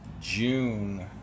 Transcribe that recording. June